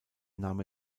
nahm